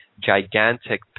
gigantic